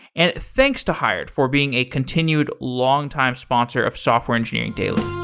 and thanks to hired for being a continued longtime sponsor of software engineering daily